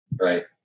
Right